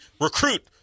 recruit